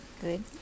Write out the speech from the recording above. Good